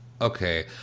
okay